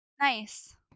Nice